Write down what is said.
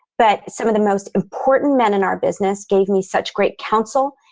but some of the most important men in our business gave me such great counsel,